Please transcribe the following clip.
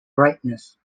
brightness